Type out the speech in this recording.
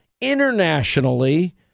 internationally